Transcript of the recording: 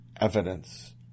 evidence